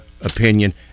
opinion